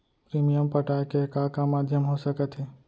Premium पटाय के का का माधयम हो सकत हे?